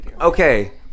Okay